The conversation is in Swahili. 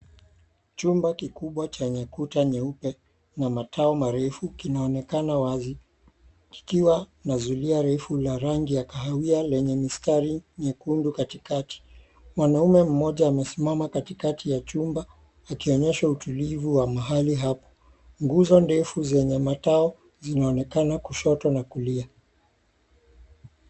Chumba kikubwa chenye kuta nyeupe na matao marefu kinaonekana wazi, kikiwa na zulia ndefu yenye rangi ya kahawia lenye mistari miekundu katikati. Mwanaume mmoja amesimama katikati ya chumba akionyesha utulivu wa mahali hapo. Nguzo ndefu zenye mataao zinaonekana kushoto na kulia.